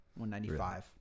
195